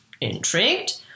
intrigued